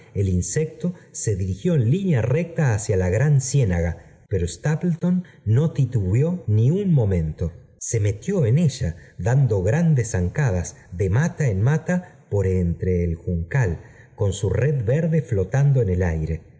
el insecto se dirigió en línea recta hacia la tiran ciénaga pero stapleton no titubeó ni un momento se metió en ella dando grandes zan t cadas de mata en mata por entre el juncal con su red verde flotando en el aire